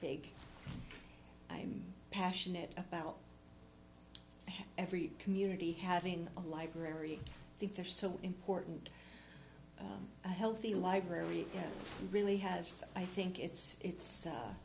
big i'm passionate about every community having a library think they're so important a healthy library really has i think it's its